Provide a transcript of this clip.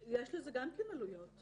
יש לזה גם כן עלויות.